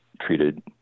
treated